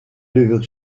levure